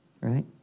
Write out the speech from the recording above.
right